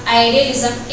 idealism